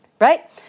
right